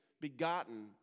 begotten